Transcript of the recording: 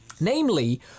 Namely